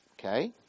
Okay